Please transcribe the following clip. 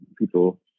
people